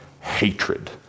hatred